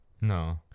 No